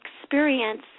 experience